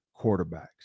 quarterbacks